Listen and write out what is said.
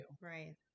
Right